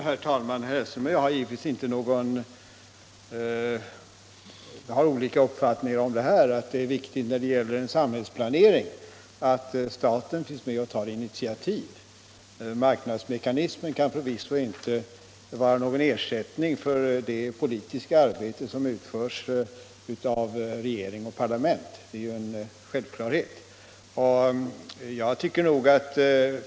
Herr talman! Herr Hellström och jag har givetvis inte olika uppfattningar om att det är viktigt att staten finns med och tar initiativ när det gäller samhällsplanering. Marknadsmekanismen kan förvisso inte vara någon ersättning för det politiska arbete som utförs av regering och parlament. Det är en självklarhet.